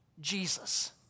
Jesus